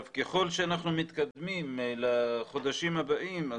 ככל שאנחנו מתקדמים לחודשים הבאים,